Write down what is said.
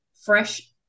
fresh